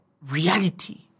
reality